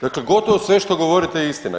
Dakle, gotovo sve što govorite je istina.